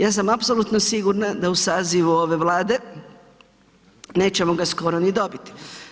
Ja sam apsolutno sigurna da u sazivu ove Vlade, nećemo ga skoro ni dobiti.